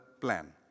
plan